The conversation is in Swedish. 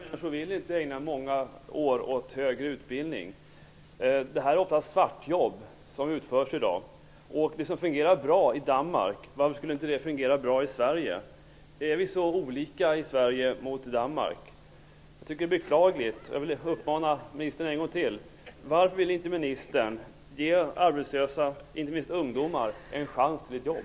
Herr talman! Det behövs både-och. Alla människor vill inte ägna många år åt högre utbildning. I dag utförs sysslorna oftast som svartjobb. Varför skulle inte det som fungerat bra i Danmark fungera bra i Sverige? Är vi så olika i Sverige och Danmark? Jag tycker att det är beklagligt. Jag vill uppmana ministern en gång till att överväga detta system. Varför vill ministern inte ge arbetslösa - inte minst ungdomar - en chans till ett jobb?